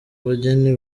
bageni